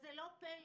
וזה לא פלא